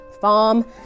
farm